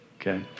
okay